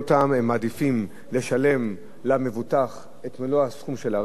הם מעדיפים לשלם למבוטח את מלוא הסכום של הרכב.